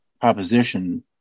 proposition